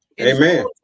Amen